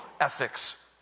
ethics